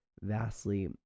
vastly